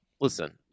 listen